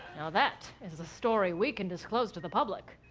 now that is a story we can disclose to the public.